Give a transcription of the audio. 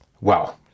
wow